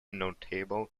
notable